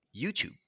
YouTube